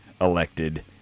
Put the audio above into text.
elected